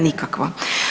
Nikakva.